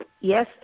Yes